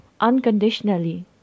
unconditionally